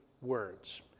words